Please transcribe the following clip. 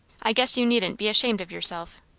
i guess you needn't be ashamed of yourself.